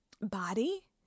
body